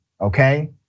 Okay